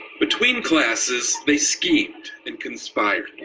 between classes they schemed and conspired.